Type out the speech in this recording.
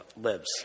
lives